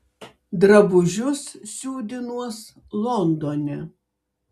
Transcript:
drabužius siūdinuos londone